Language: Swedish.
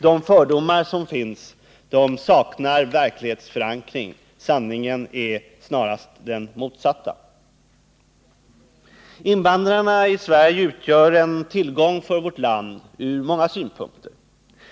De fördomar som finns saknar således verklighetsförankring, och sanningen är snarast den motsatta. Invandrarna i Sverige utgör en tillgång för vårt land från många synpunkter.